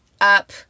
up